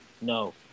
No